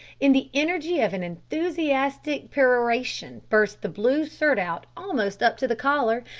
in the energy of an enthusiastic peroration burst the blue surtout almost up to the collar,